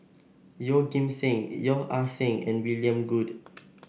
Yeoh Ghim Seng Yeo Ah Seng and William Goode